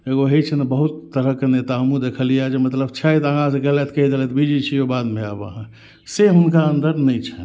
एगो होइ छै ने बहुत तरहक नेता हमहूँ देखलिय जे मतलब छथि अहाँ से गेलथि कहि देलथि बिजी छियो बादमे आएब अहाँ से हुनका अन्दर नहि छनि